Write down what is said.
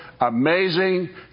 amazing